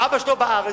האבא שלו בארץ,